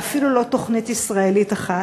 ואפילו לא תוכנית ישראלית אחת.